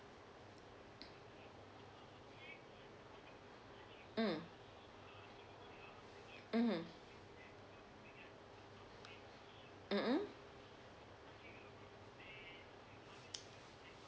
mm mmhmm mmhmm